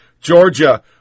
Georgia